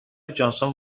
جانسون